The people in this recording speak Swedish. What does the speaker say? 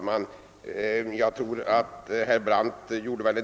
Herr talman!